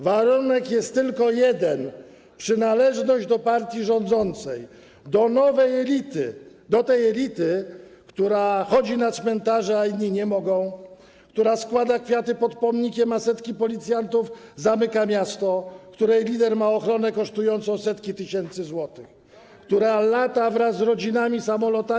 Warunek jest tylko jeden - przynależność do partii rządzącej, do nowej elity, do tej elity, która chodzi na cmentarze, a inni nie mogą, która składa kwiaty pod pomnikiem, a setki policjantów zamykają miasto, której lider ma ochronę kosztującą setki tysięcy złotych, która lata wraz z rodzinami samolotami.